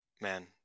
man